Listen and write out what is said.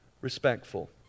respectful